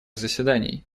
заседаний